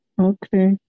Okay